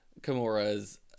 Kimura's